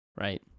right